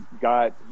got